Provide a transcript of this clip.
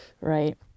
Right